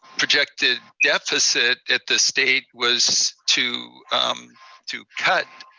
projected deficit, that the state was to to cut